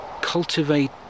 cultivate